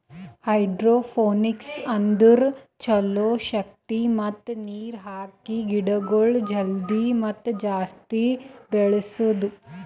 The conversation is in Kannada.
ಹೈಡ್ರೋಪೋನಿಕ್ಸ್ ಅಂದುರ್ ಛಲೋ ಶಕ್ತಿ ಮತ್ತ ನೀರ್ ಹಾಕಿ ಗಿಡಗೊಳ್ ಜಲ್ದಿ ಮತ್ತ ಜಾಸ್ತಿ ಬೆಳೆಸದು